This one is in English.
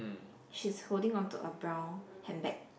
she's holding on to a brown hand bag